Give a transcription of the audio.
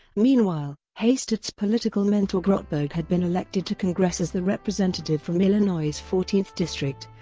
meanwhile, hastert's political mentor grotberg had been elected to congress as the representative from illinois's fourteenth district,